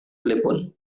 telepon